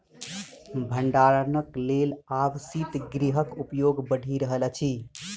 भंडारणक लेल आब शीतगृहक उपयोग बढ़ि रहल अछि